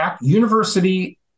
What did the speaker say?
university